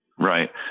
Right